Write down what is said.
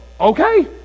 okay